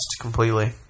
Completely